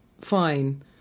fine